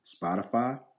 Spotify